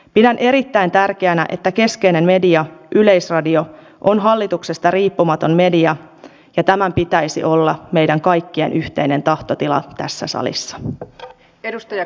pidän erittäin tärkeänä että keskeinen media yleisradio on hallituksesta riippumaton media ja tämän pitäisi olla meidän kaikkien yhteinen tahtotila tässä salissa edustaja